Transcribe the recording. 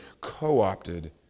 co-opted